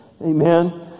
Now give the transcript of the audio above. Amen